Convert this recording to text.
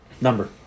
Number